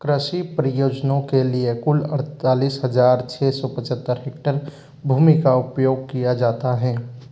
कृषि परियोजनाओं के लिए कुल अड़तालीस हज़ार छः सौ पचहत्तर हेक्टर भूमि का उपयोग किया जाता है